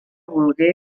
volgué